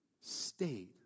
stayed